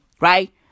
Right